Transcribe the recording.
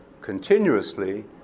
continuously